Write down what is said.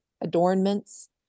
adornments